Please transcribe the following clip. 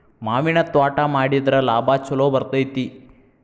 ಮಾವಿನ ತ್ವಾಟಾ ಮಾಡಿದ್ರ ಲಾಭಾ ಛಲೋ ಬರ್ತೈತಿ